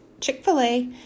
Chick-fil-A